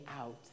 out